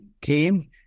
came